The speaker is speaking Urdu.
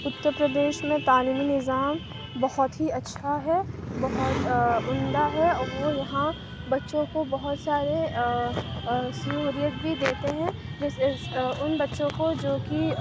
اترپردیش میں قانونی نظام بہت ہی اچھا ہے بہت عمدہ ہے اور وہ یہاں بچوں کو بہت سارے سیلڈ ویلڈ بھی دیتے ہیں جس ان بچوں کو جو کہ